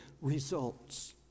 results